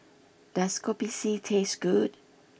does Kopi C taste good